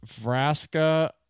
Vraska